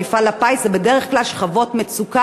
כרטיס של מפעל הפיס הם בדרך כלל משכבות מצוקה,